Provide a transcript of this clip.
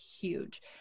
huge